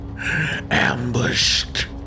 Ambushed